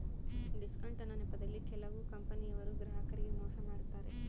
discount ಅನ್ನೊ ನೆಪದಲ್ಲಿ ಕೆಲವು ಕಂಪನಿಯವರು ಗ್ರಾಹಕರಿಗೆ ಮೋಸ ಮಾಡತಾರೆ